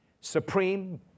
supreme